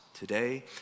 Today